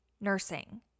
nursing